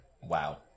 Wow